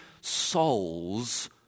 souls